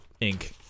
ink